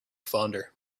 fonder